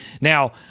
Now